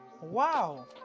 Wow